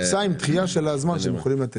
--- עם דחייה של הזמן שהם יכולים לתת.